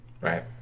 right